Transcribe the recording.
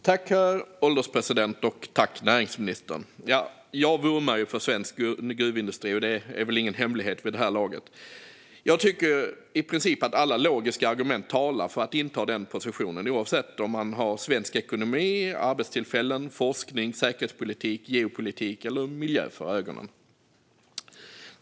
Herr ålderspresident! Tack, näringsministern! Jag vurmar för svensk gruvindustri. Det är nog ingen hemlighet vid det här laget. Jag tycker att i princip alla logiska argumentet talar för att inta den positionen, oavsett om man har svensk ekonomi, arbetstillfällen, forskning, säkerhetspolitik, geopolitik eller miljö för ögonen.